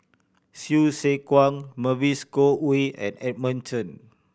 Hsu Tse Kwang Mavis Khoo Oei and Edmund Chen